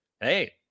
hey